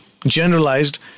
generalized